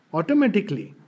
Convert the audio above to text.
automatically